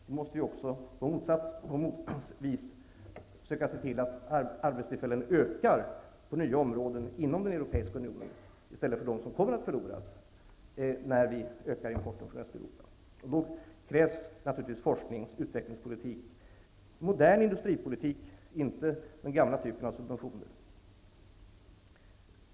Då måste vi också försöka se till att arbetstillfällen ökar på nya områden inom den europeiska unionen i stället för dem som kommer att förloras när vi ökar importen från Då krävs naturligtvis forsknings och utvecklingspolitik och modern industripolitik -- inte den gamla typen av subventioner.